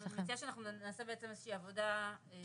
אני מציעה שאנחנו נעשה איזה שהיא עבודה וננסה